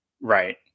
right